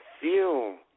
Feel